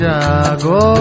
Jago